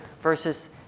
versus